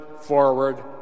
forward